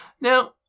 Now